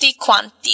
quanti